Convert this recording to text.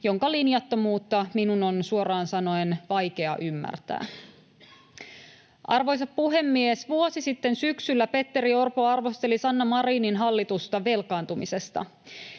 jonka linjattomuutta minun on suoraan sanoen vaikea ymmärtää. Arvoisa puhemies! Vuosi sitten syksyllä Petteri Orpo arvosteli Sanna Marinin hallitusta velkaantumisesta.